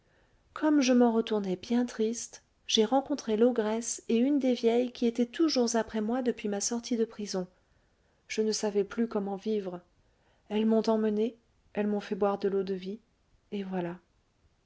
comme je m'en retournais bien triste j'ai rencontré l'ogresse et une des vieilles qui étaient toujours après moi depuis ma sortie de prison je ne savais plus comment vivre elles m'ont emmenée elles m'ont fait boire de l'eau-de-vie et voilà